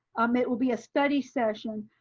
um it will be a study session.